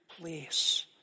place